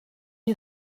you